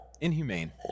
inhumane